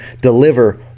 deliver